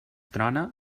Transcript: trona